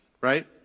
Right